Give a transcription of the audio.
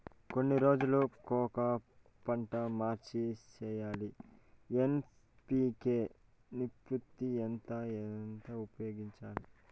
ఎన్ని రోజులు కొక పంట మార్చి సేయాలి ఎన్.పి.కె నిష్పత్తి ఎంత ఎలా ఉపయోగించాలి?